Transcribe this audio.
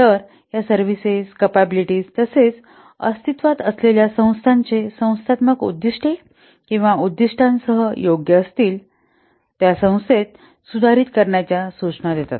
तर या services capabilities तसेच अस्तित्त्वात असलेल्या संस्था चे संस्थात्मक उद्दीष्टे किंवा उद्दीष्टांसह योग्य असतील त्या संस्थेस सुधारित करण्याच्या सूचना देतात